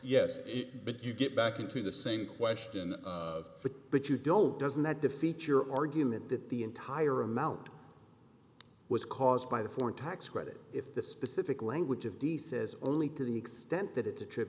yes but you get back into the same question of what but you don't doesn't that defeat your argument that the entire amount was caused by the foreign tax credit if the specific language of d says only to the extent that it's attri